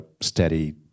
steady